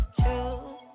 True